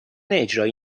اجرایی